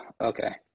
okay